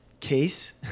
case